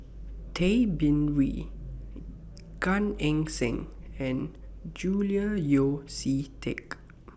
Tay Bin Wee Gan Eng Seng and Julian Yeo See Teck